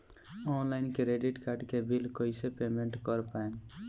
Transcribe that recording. Online credit card के bill कइसे payment कर पाएम?